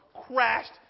crashed